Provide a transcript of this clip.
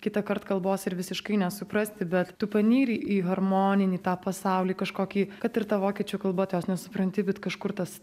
kitąkart kalbos ir visiškai nesuprasti bet tu panyri į harmoninį tą pasaulį kažkokį kad ir ta vokiečių kalba tu jos nesupranti bet kažkur tas